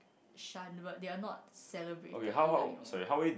shunned but they're not celebrated either you know